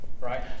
right